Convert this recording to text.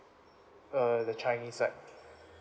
err the changi side